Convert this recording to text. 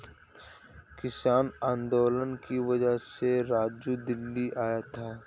किसान आंदोलन की वजह से राजू दिल्ली गया था